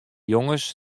jonges